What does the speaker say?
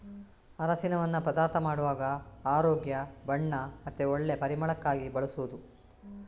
ಅರಸಿನವನ್ನ ಪದಾರ್ಥ ಮಾಡುವಾಗ ಆರೋಗ್ಯ, ಬಣ್ಣ ಮತ್ತೆ ಒಳ್ಳೆ ಪರಿಮಳಕ್ಕಾಗಿ ಬಳಸುದು